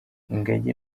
ingagi